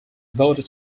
voter